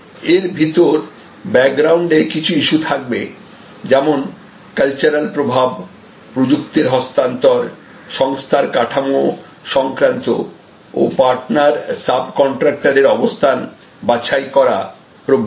এর ভিতর ব্যাকগ্রাউন্ডে কিছু ইস্যু থাকবে যেমন কালচারাল প্রভাব প্রযুক্তির হস্তান্তরসংস্থার কাঠামো সংক্রান্ত ও পার্টনার সাব কন্ট্রাক্টরদের অবস্থান বাছাই করা প্রভৃতি